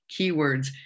keywords